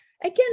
again